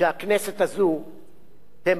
תמלא תפקידה זה